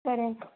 సరే అయితే